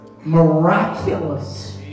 miraculous